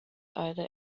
either